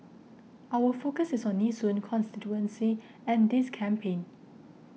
our focus is on Nee Soon constituency and this campaign